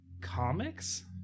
Comics